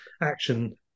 action